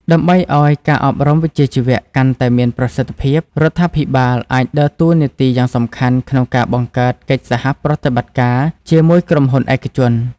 ដើម្បីឱ្យការអប់រំវិជ្ជាជីវៈកាន់តែមានប្រសិទ្ធភាព រដ្ឋាភិបាលអាចដើរតួនាទីយ៉ាងសំខាន់ក្នុងការបង្កើតកិច្ចសហប្រតិបត្តិការជាមួយក្រុមហ៊ុនឯកជន។